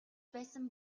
байсан